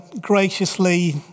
graciously